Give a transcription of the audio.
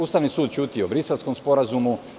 Ustavni sud ćuti o Briselskom sporazumu.